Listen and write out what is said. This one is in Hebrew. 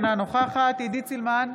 אינה נוכחת עידית סילמן,